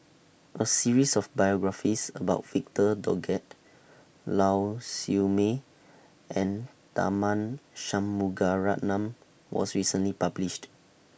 A series of biographies about Victor Doggett Lau Siew Mei and Tharman Shanmugaratnam was recently published